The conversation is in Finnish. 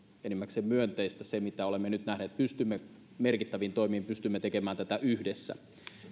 enimmäkseen myönteistä se mitä olemme nyt nähneet pystymme merkittäviin toimiin pystymme tekemään tätä yhdessä